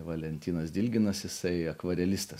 valentinas dilginas jisai akvarelistas